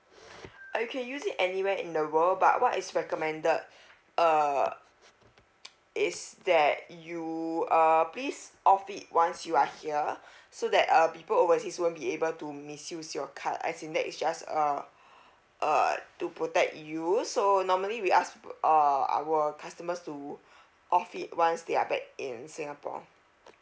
oh you use it anywhere in the world but what is recommended uh is that you uh please off it once you are here so that uh people overseas won't be able to misuse your card as in that is just a uh to protect you so normally we ask uh our customers off it once they are back in singapore